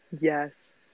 Yes